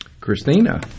Christina